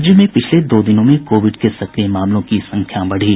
राज्य में पिछले दो दिनों में कोविड के सक्रिय मामलों की संख्या बढ़ी